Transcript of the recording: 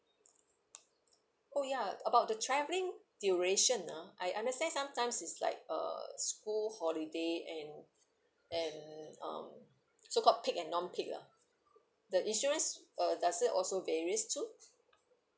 oh ya about the travelling duration ah I understand sometimes it's like uh school holiday and and um so called peak and non-peak lah the insurance uh does it also varies too